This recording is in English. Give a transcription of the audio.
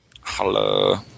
Hello